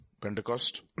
Pentecost